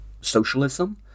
socialism